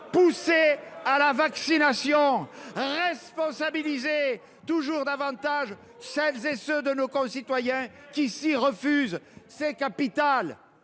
pousser à la vaccination et responsabiliser toujours davantage celles et ceux de nos concitoyens qui s'y refusent. C'est capital,